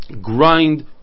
grind